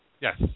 Yes